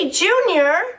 Junior